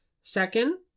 Second